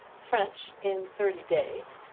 french in thirty days,